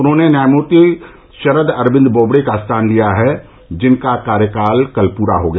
उन्होंने न्यायमूर्ति शरद अरविंद बोबडे का स्थान लिया है जिनका कार्यकाल कल पूरा हो गया